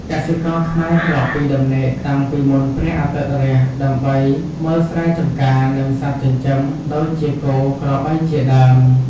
កសិករខ្មែរក្រោកពីដំណេកតាំងពីមុនព្រះអាទិត្យរះ ដើម្បីមើលស្រែចម្ការ និងសត្វចិញ្ចឹមដូចជាគោ ក្របីជាដើម។